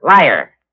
Liar